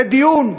זה דיון,